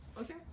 Okay